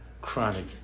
chronic